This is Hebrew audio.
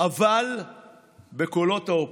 אבל בקולות האופוזיציה.